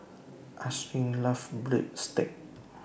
Ashlyn loves Breadsticks